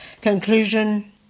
Conclusion